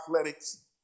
athletics